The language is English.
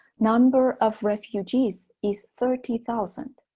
number of refugees is thirty thousand.